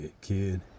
kid